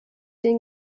den